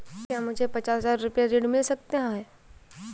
क्या मुझे पचास हजार रूपए ऋण मिल सकता है?